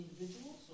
individuals